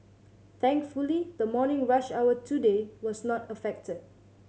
thankfully the morning rush hour today was not affected